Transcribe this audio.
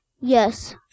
Yes